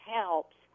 helps